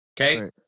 Okay